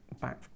back